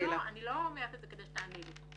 לא אומרת את זה כדי שתעני לי.